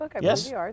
Yes